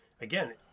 again